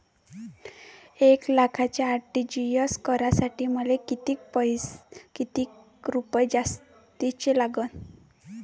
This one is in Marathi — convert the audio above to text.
एक लाखाचे आर.टी.जी.एस करासाठी मले कितीक रुपये जास्तीचे लागतीनं?